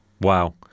Wow